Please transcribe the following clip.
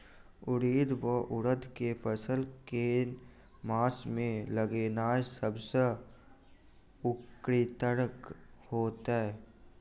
उड़ीद वा उड़द केँ फसल केँ मास मे लगेनाय सब सऽ उकीतगर हेतै?